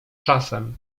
czasem